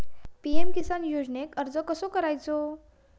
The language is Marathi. पी.एम किसान योजनेक अर्ज कसो करायचो?